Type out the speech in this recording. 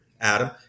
Adam